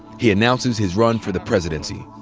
he announces his run for the presidency.